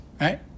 right